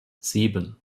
sieben